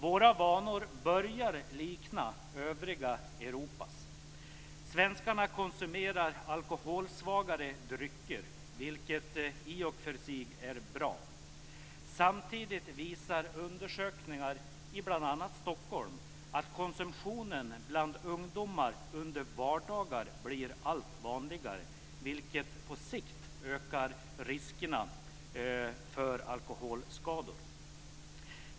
Våra vanor börjar likna övriga Europas. Svenskarna konsumerar alkoholsvagare drycker, vilket i och för sig är bra. Samtidigt visar undersökningar i bl.a. Stockholm att konsumtionen bland ungdomar under vardagar blir allt vanligare, vilket på sikt ökar riskerna för alkoholskador.